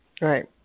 Right